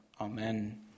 Amen